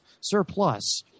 surplus